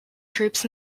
troops